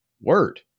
Word